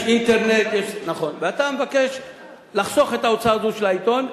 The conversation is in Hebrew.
את ההוצאה הזאת של העיתון.